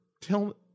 tell